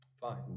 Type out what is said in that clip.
Fine